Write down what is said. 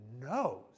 knows